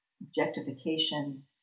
objectification